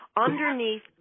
underneath